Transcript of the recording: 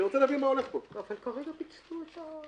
אני רוצה להבין מה קורה פה.